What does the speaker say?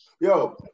Yo